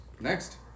Next